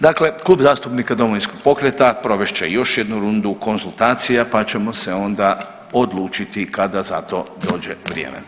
Dakle Klub zastupnika Domovinskog pokreta provest će još jednu rundu konzultacija, pa ćemo se onda odlučiti kada za to dođe vrijeme.